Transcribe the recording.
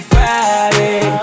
Friday